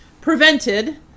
prevented